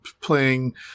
playing